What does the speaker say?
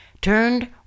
turned